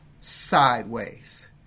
sideways